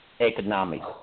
economics